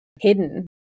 hidden